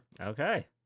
Okay